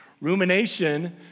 Rumination